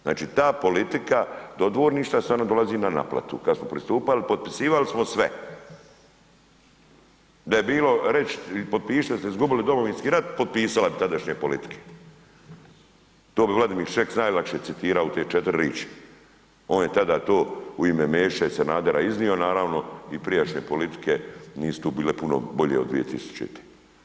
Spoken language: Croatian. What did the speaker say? Znači, ta politika dodvorništva sad nam dolazi na naplatu, kad smo pristupali, potpisivali smo sve, da je bilo reć i potpisat da ste izgubili Domovinski rat, potpisale bi tadašnje politike, to bi Vladimir Šeks najlakše citirao u te 4 riči, on je tada to u ime Mesića i Sanadera iznio naravno i prijašnje politike nisu tu bile puno bolje od 2000.